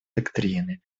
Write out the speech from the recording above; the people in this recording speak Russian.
доктрины